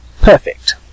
Perfect